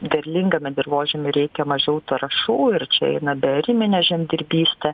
derlingame dirvožemy reikia mažiau trąšų ir čia eina beariminė žemdirbystė